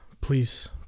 please